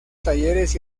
talleres